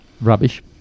rubbish